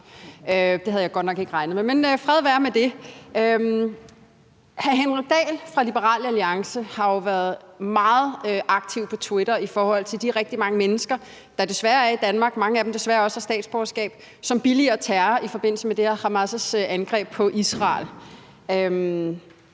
Det havde jeg godt nok ikke regnet med, men fred være med det. Hr. Henrik Dahl fra Liberal Alliance har jo været meget aktiv på X, det tidligere Twitter, i forhold til de rigtig mange mennesker, der desværre er i Danmark – mange af dem har desværre også statsborgerskab – og som billiger terror i forbindelse med Hamas' angreb på Israel.